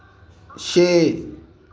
छे